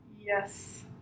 Yes